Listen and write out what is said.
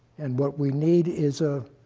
and what we need is a